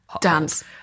dance